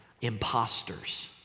imposters